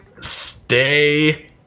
Stay